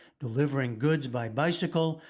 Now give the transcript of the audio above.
delivering goods by bicycle,